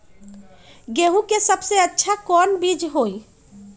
गेंहू के सबसे अच्छा कौन बीज होई?